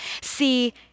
See